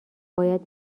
باید